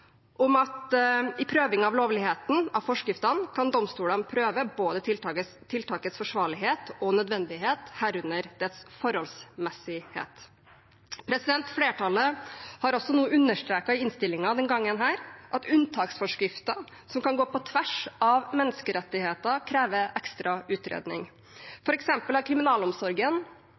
av lovligheten av forskriften kan domstolen prøve både tiltakets forsvarlighet og nødvendighet, herunder dets forholdsmessighet». Flertallet har også nå understreket i innstillingen denne gangen at unntaksforskrifter som kan gå på tvers av menneskerettigheter, krever ekstra utredning. For eksempel er kriminalomsorgen